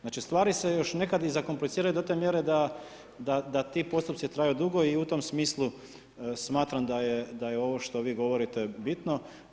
Znači stvari se još nekad i zakompliciraju do te mjere da ti postupci traju dugo i u tom smislu smatram da je ovo što vi govorite bitno.